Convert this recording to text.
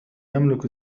يملك